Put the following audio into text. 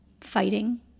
fighting